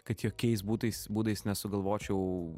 kad jokiais būdais būdais nesugalvočiau